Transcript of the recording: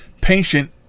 patient